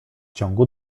ciągu